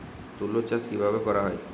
তুলো চাষ কিভাবে করা হয়?